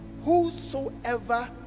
whosoever